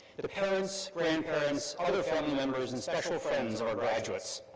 the parents, grand parents, other family members and special friends of our graduates.